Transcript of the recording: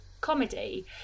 comedy